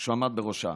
שהוא עמד בראשה.